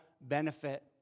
benefit